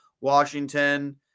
Washington